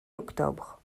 octobre